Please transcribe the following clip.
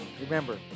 Remember